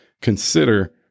consider